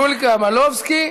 יוליה מלינובסקי.